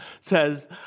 says